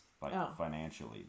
Financially